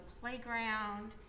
playground